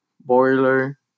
boiler